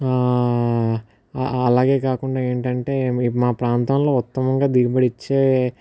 అలాగే కాకుండా ఏంటి అంటే మీ మా ప్రాంతంలో ఉత్తమంగా దిగుబడి ఇచ్చే